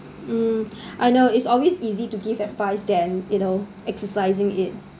um I know it's always easy to give advice than you know exercising it